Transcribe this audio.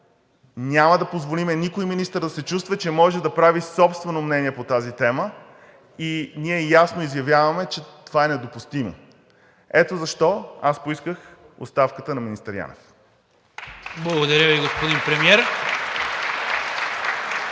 няма да позволим никой министър да се чувства, че може да прави собствено мнение по тази тема и ние ясно изявяваме, че това е недопустимо. Ето защо аз поисках оставката на министър Янев. (Ръкопляскания от